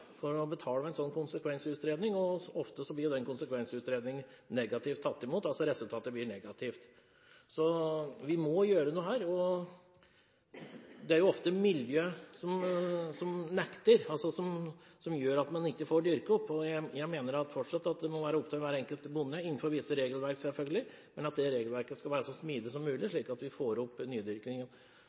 å betale for en sånn konsekvensutredning. Og ofte blir jo den konsekvensutredningen tatt negativt imot – resultatet blir negativt. Vi må gjøre noe her. Det er ofte miljøet som nekter – som gjør at man ikke får dyrke opp. Jeg mener at det fortsatt må være opp til hver enkelt bonde – innenfor visse regelverk selvfølgelig, men det regelverket skal være så smidig som mulig, slik at vi får opp nydyrkingen.